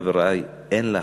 חברי, אין להחמיץ.